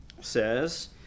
says